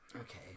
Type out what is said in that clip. Okay